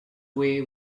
way